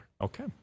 Okay